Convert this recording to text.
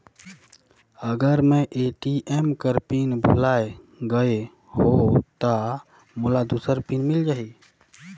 अगर मैं ए.टी.एम कर पिन भुलाये गये हो ता मोला दूसर पिन मिल जाही?